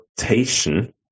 rotation